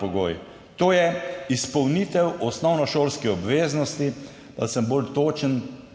pogoj, to je izpolnitev osnovnošolske obveznosti, da sem bolj točen,